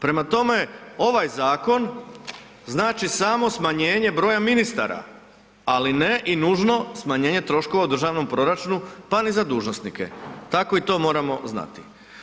Prema tome, ovaj zakon znači samo smanjenje broja ministara, ali ne i nužno smanjenje troškova u državnom proračunu, pa ni za dužnosnike, tako i to moramo znati.